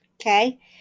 Okay